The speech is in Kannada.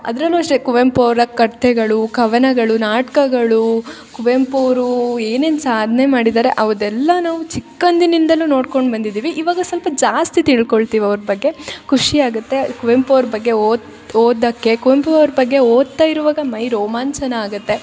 ಅದರಲ್ಲು ಅಷ್ಟೇ ಕುವೆಂಪು ಅವರ ಕತೆಗಳು ಕವನಗಳು ನಾಟಕಗಳೂ ಕುವೆಂಪು ಅವರು ಏನೇನು ಸಾಧನೆ ಮಾಡಿದ್ದಾರೆ ಅದೆಲ್ಲ ನಾವು ಚಿಕ್ಕಂದಿನಿಂದಲು ನೋಡ್ಕೊಂಡು ಬಂದಿದ್ದಿವಿ ಇವಾಗ ಸಲ್ಪ ಜಾಸ್ತಿ ತಿಳ್ಕೊಳ್ತಿವಿ ಅವ್ರ ಬಗ್ಗೆ ಖುಷಿಯಾಗತ್ತೆ ಕುವೆಂಪು ಅವ್ರ ಬಗ್ಗೆ ಓದು ಓದೋಕ್ಕೆ ಕುವೆಂಪು ಅವ್ರ ಬಗ್ಗೆ ಓದ್ತಾ ಇರುವಾಗ ಮೈರೋಮಾಂಚನ ಆಗುತ್ತೆ